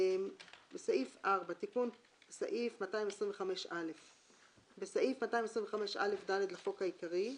תיקון סעיף 225א 4. בסעיף 225א(ד) לחוק העיקרי,